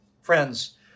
Friends